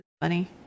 Funny